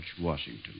Washington